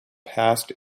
past